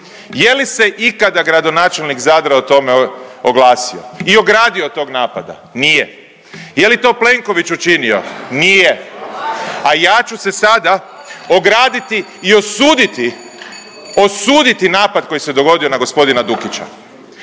Je li se ikada gradonačelnik Zadra o tome oglasio i ogradio od tog napada? Nije. Je li to Plenković učinio? Nije. A ja ću se sada ograditi i osuditi, osuditi napad koji se dogodio na gospodina Dukića.